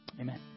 Amen